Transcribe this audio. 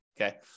Okay